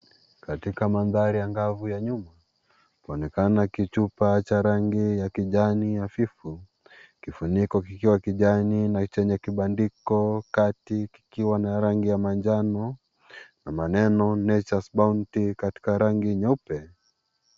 Katika mandhari angavu ya nyuma yaonekana kichupa cha rangi ya kijani hafifu, kifuniko kiko kijani na chenye kibandiko katikati ikiwa na rangi ya manjano na maneno Nature's Bounty katika rangi nyeupe.